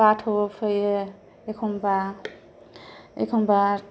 बाथ'बो फैयो एखनबा एखनबा